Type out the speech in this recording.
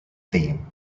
theme